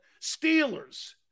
Steelers